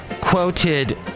quoted